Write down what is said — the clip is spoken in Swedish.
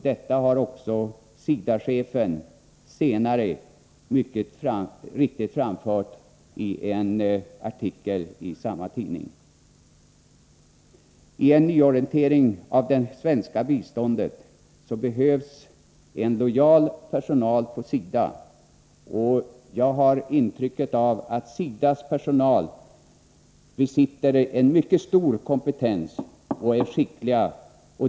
Detta har också SIDA-chefen senare mycket riktigt framfört i en artikel i samma tidning. Vid en nyorientering av det svenska biståndet behövs en lojal personal på SIDA. Jag har intrycket att SIDA:s personal besitter en mycket stor kompetens och är skicklig.